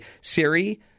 Siri